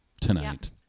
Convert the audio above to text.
tonight